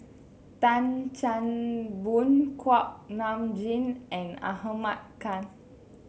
Tan Chan Boon Kuak Nam Jin and Ahmad Khan